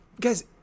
guys